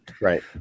Right